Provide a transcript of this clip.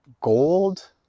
gold